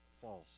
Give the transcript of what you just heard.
false